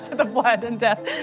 the blood and death.